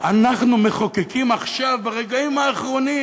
אנחנו מחוקקים עכשיו, ברגעים האחרונים